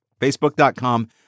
Facebook.com